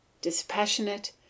dispassionate